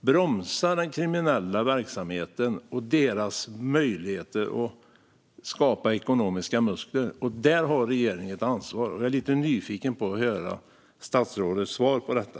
bromsa de kriminellas verksamhet och deras möjligheter att skapa ekonomiska muskler. Där har regeringen ett ansvar. Jag är lite nyfiken på statsrådets svar på detta.